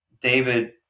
David